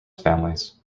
families